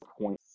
point